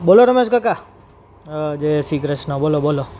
બોલો રમેશ કાકા જય શ્રી ક્રષ્ન બોલો બોલો